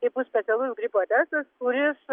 tai bus specialus gripo testas kuris